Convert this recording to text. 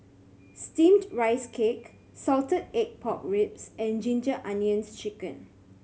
Steamed Rice Cake salted egg pork ribs and Ginger Onions Chicken